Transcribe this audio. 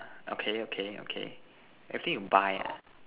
okay okay okay everything you buy ah